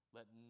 Let